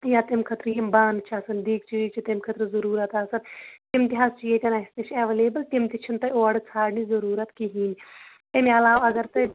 یا تَمہِ خٲطرٕ یِم بانہٕ چھِ آسان دیکچہِ ویکچہِ تَمہِ خٲطرٕ ضُروٗرَت آسان تِم تہِ حظ چھِ یتیٚن اسہِ نِش ایٚوَلیبٕل تِم تہِ چھِنہٕ تۄہہِ اوڑٕ ژھاڈنِچ ضُروٗرَت کِہیٖنۍ امہِ عَلاو اگر تۄہہِ